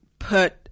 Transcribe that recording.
put